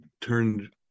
turned